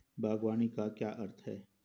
बागवानी का क्या अर्थ है?